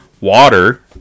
water